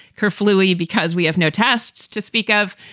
her fluey because we have no tests to speak of.